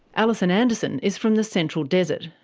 alison anderson is from the central desert,